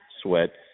sweat